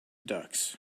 ducks